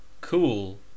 Cool